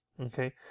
okay